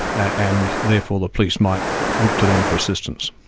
and therefore the police might look to them for assistance.